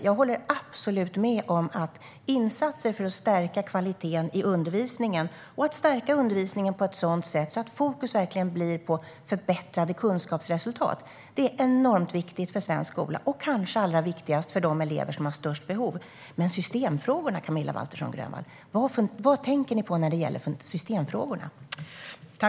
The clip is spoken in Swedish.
Jag håller absolut med om att insatser för att stärka kvaliteten i undervisningen och att stärka undervisningen på ett sådant sätt att fokus verkligen blir på förbättrade kunskapsresultat är enormt viktigt för svensk skola, och kanske allra viktigast för de elever som har störst behov. Men, Camilla Waltersson Grönvall, vad tänker ni på när det gäller systemfrågorna?